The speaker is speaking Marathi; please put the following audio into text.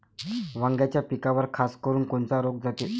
वांग्याच्या पिकावर खासकरुन कोनचा रोग जाते?